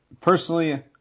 personally